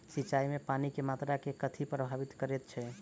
सिंचाई मे पानि केँ मात्रा केँ कथी प्रभावित करैत छै?